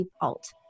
alt